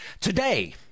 Today